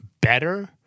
better